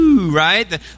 right